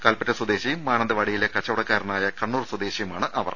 കൽപറ്റ സ്വദേശിയും മാനന്തവാടിയിലെ കച്ചവടക്കാരനായ കണ്ണൂർ സ്വദേശിയുമാണിവർ